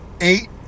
eight